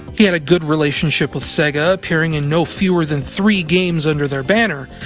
he had a good relationship with sega, appearing in no fewer than three games under their banner,